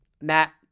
Matt